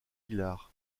vilar